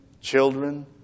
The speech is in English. children